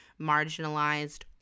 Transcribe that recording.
marginalized